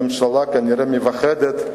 הממשלה כנראה מפחדת,